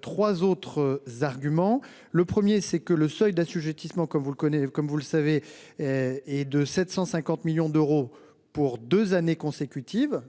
Trois autres arguments le 1er c'est que le seuil d'assujettissement comme vous le connaît comme vous le savez. Est de 750 millions d'euros pour 2 années consécutives.